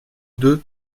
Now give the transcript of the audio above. deux